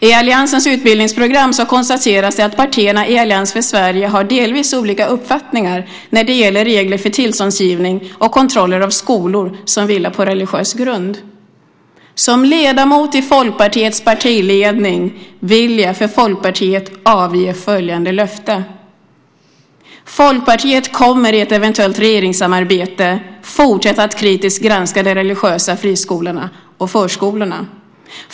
I alliansens utbildningsprogram konstateras det att partierna i Allians för Sverige har delvis olika uppfattningar när det gäller regler för tillståndsgivning och kontroller av skolor som vilar på religiös grund. Som ledamot i Folkpartiets partiledning vill jag för Folkpartiet avge följande löfte: Folkpartiet kommer i ett eventuellt regeringssamarbete att fortsätta att kritiskt granska de religiösa fri och förskolorna.